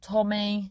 Tommy